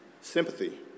sympathy